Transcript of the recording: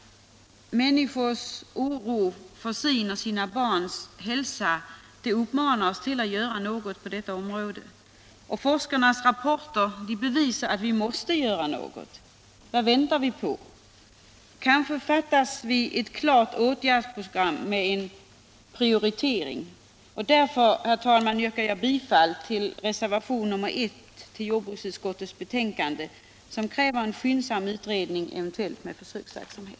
Människors oro för sin och sina barns hälsa manar oss att göra något på detta område. Forskarnas rapporter bevisar att vi måste göra något. Vad väntar vi på? Kanske fattas det ett klart åtgärdsprogram med en prioritering. Därför, herr talman, yrkar jag bifall till reservationen 1 vid jordbruksutskottets betänkande i vilken krävs en skyndsam utredning, eventuellt med försöksverksamhet.